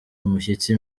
umushyitsi